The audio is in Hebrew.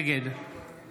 נגד